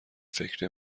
فکر